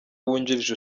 wungirije